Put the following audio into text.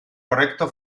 correcto